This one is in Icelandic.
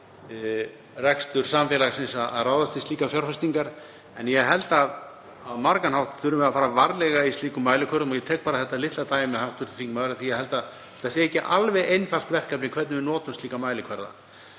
rekstur samfélagsins að ráðast í slíkar fjárfestingar. En ég held að á margan hátt þurfi að fara varlega í slíkum mælikvörðum og ég tek bara þetta litla dæmi af því að ég held að það sé ekki alveg einfalt verkefni hvernig við notum slíka mælikvarða.